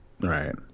right